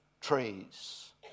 trees